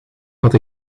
had